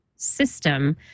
system